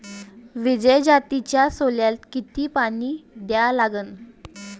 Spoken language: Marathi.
विजय जातीच्या सोल्याले किती पानी द्या लागन?